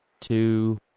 two